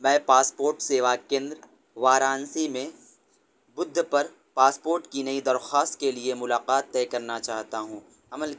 میں پاسپورٹ سیوا کیندر وارانسی میں بدھ پر پاسپورٹ کی نئی درخواست کے لیے ملاقات طے کرنا چاہتا ہوں عمل